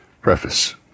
Preface